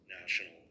national